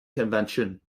convention